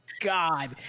God